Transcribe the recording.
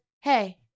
hey